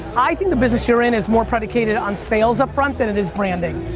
i think the business you're in is more predicated on sales up front than it is branding.